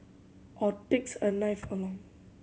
or takes a knife along